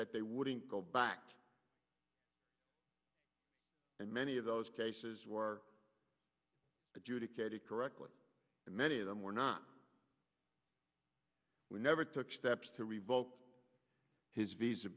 that they wouldn't go back and many of those cases were adjudicated correctly and many of them were not we never took steps to revoke his visa